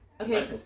Okay